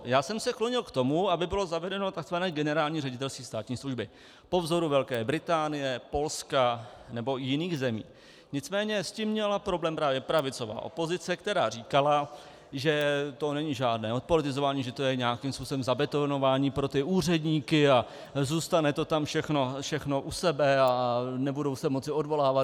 Já jsem se klonil k tomu, aby bylo zavedeno tzv. Generální ředitelství státní služby po vzoru Velké Británie, Polska nebo i jiných zemí, nicméně s tím měla problém právě pravicová opozice, která říkala, že to není žádné odpolitizování, že to je nějakým způsobem zabetonování pro úředníky a zůstane to tam všechno u sebe a nebudou se moci odvolávat.